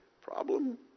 Problem